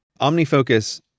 OmniFocus